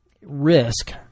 risk